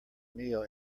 meal